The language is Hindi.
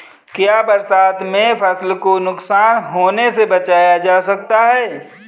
क्या बरसात में फसल को नुकसान होने से बचाया जा सकता है?